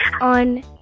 on